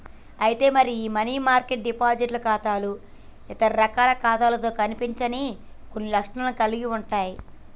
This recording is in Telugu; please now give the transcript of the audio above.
అయితే మరి ఈ మనీ మార్కెట్ డిపాజిట్ ఖాతాలు ఇతర రకాల ఖాతాలతో కనిపించని కొన్ని లక్షణాలను కలిగి ఉంటాయి